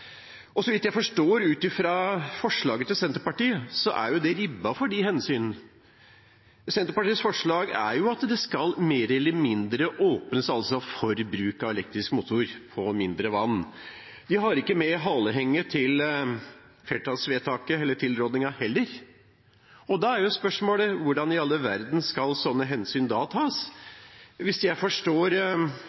Så vidt jeg forstår ut fra forslaget til Senterpartiet, er det ribbet for de hensynene. Senterpartiets forslag er at det skal mer eller mindre åpnes for bruk av elektrisk motor på mindre vann. De har heller ikke med halehenget i tilrådingen. Da er spørsmålet: Hvordan i all verden skal sånne hensyn da tas? Hvis jeg forstår